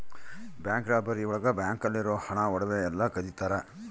bank robbery ಒಳಗ bank ಅಲ್ಲಿರೋ ಹಣ ಒಡವೆ ಎಲ್ಲ ಕದಿತರ